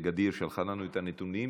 שלחה לנו את הנתונים,